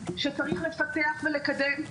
שאותם צריך לפתח ולקדם,